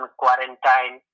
quarantine